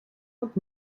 und